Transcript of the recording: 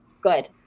good